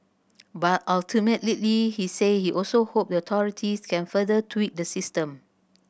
but ultimately he said he also hope the authorities can further tweak the system